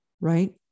right